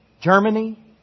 Germany